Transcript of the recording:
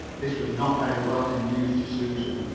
this was not very welcome news to susan.